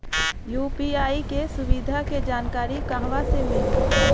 UPI के सुविधा के जानकारी कहवा से मिली?